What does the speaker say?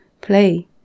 play